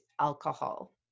alcohol